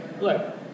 look